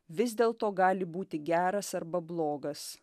vis dėlto gali būti geras arba blogas